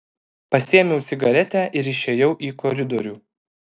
pasiėmiau cigaretę ir išėjau į koridorių